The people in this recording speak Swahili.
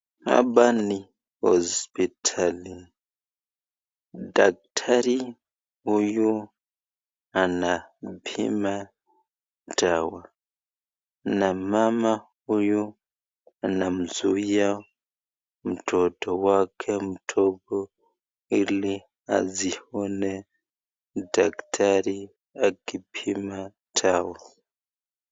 Hapa ni hosiptali, daktari huyu anapima dawa, na mama huyu anamzuia mtoto wake mdogo ili asione daktari akipima dawa.